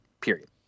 period